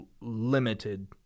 limited